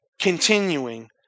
continuing